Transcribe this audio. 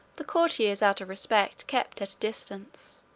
the courtiers out of respect kept at distance,